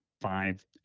five